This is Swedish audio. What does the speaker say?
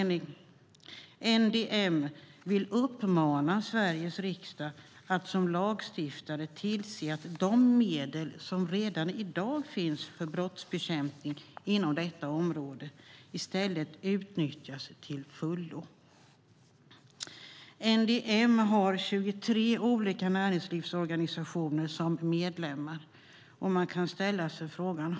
NDM vill uppmana Sveriges riksdag att som lagstiftare tillse att de medel som redan i dag finns för brottsbekämpning inom detta område i stället utnyttjas till fullo. NDM har 23 näringslivsorganisationer som medlemmar.